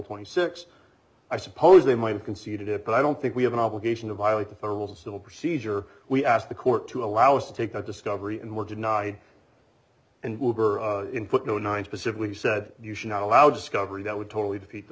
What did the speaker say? twenty six i suppose they might have conceded it but i don't think we have an obligation to violate the federal civil procedure we asked the court to allow us to take that discovery and were denied and input no nine specifically said you should not allow discovery that would totally